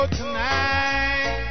tonight